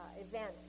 event